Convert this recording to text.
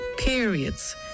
periods